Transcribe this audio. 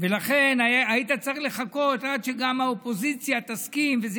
ולכן היית צריך לחכות עד שגם האופוזיציה תסכים וזה